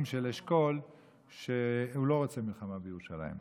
של אשכול שהוא לא רוצה מלחמה בירושלים.